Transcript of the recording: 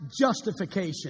justification